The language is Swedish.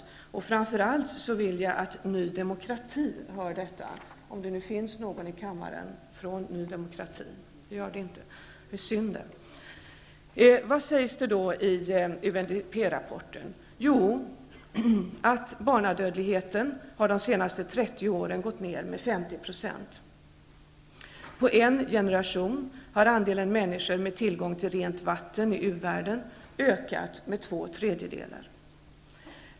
Jag vill framför allt att Nydemokraterna hör detta, om det nu finns någon i kammaren från Ny demokrati. Det gör det inte. Det var synd. Vad är det då som sägs i UNDP-rapporten. Jo, att barnadödligheten under de senaste 30 åren har gått ner med 50 %. På en generation har andelen människor med tillgång till rent vatten i u-världen ökat med två tredjedelar.